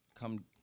come